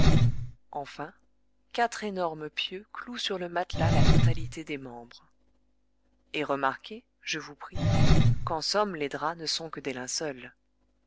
enfin quatre énormes pieux clouent sur le matelas la totalité des membres et remarquez je vous prie qu'en somme les draps ne sont que des linceuls